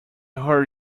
heard